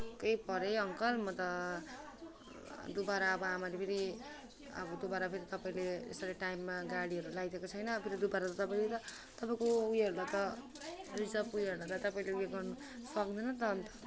छक्कै परेँ अङ्कल म त दोबारा अब आमाले पनि अब दोबारा फेरि तपाईँले यसरी टाइममा गाडीहरू ल्याइदिएको छैन अब त त्यो पाराले तपाईँले त तपाईँको उयो हेर्दा त रिजर्व उयो हेर्दा त तपाईँले उयो गर्नुसक्दैन नि त अन्त